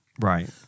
Right